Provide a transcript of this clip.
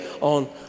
on